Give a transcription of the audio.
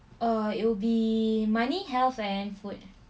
err it'll be money health and food